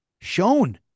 shown